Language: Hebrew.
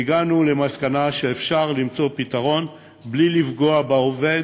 והגענו למסקנה שאפשר למצוא פתרון בלי לפגוע בעובד,